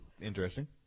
Interesting